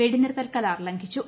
വെടിനർത്തൽ കരാർ ലംഘ്പിച്ചു